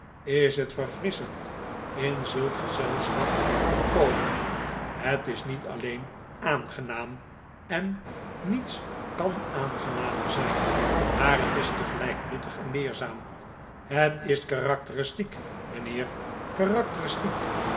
is het verfrisschend in zulk gezelschap te komen het is niet alleen aangenaam en niets k a n aangenamer zijn maar het is tegelijk nuttig en leerzaam het is karakteristiek mijnheer karakteristiek